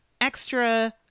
extra